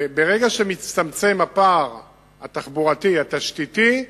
ברגע שמצטמצם הפער התחבורתי-התשתיתי,